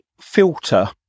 filter